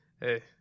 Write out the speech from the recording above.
Hey